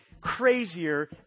crazier